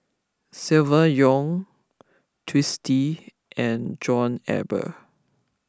Silvia Yong Twisstii and John Eber